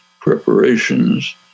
preparations